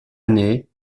année